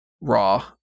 Raw